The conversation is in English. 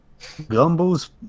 Gumball's